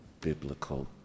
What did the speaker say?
biblical